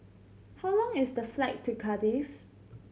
how long is the flight to Cardiff